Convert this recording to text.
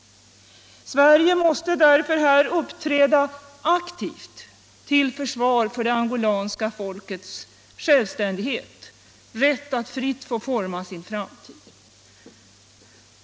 Sverige måste därför uppträda aktivt till försvar för det angolanska folkets självständighet, för dess rätt att fritt forma sin framtid.